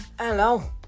hello